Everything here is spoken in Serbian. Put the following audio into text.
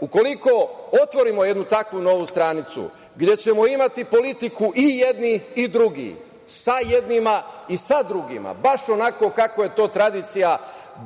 ukoliko otvorimo jednu takvu novu stranicu gde ćemo imati politiku i jedni i drugi sa jednima i sa drugima baš onako kako je to tradicija